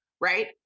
right